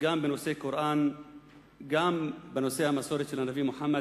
גם בנושא הקוראן וגם בנושא המסורת של הנביא מוחמד,